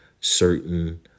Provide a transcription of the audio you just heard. certain